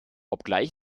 obgleich